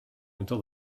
until